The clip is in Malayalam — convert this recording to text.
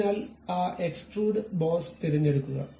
അതിനാൽ ആ എക്സ്ട്രൂഡ് ബോസ് തിരഞ്ഞെടുക്കുക